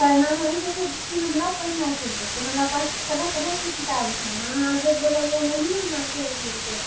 पढ़ना अहाँके छै की हमरा पढ़ना छै बुक हमरा पास तऽ तरह तरह के किताब छै अहाँ जे बोलब हम ओहि ने अहाँके देब